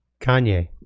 Kanye